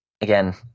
Again